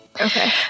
Okay